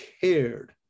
cared